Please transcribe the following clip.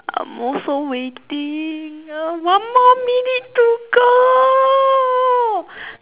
I'm also waiting one more minute to go